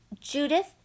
Judith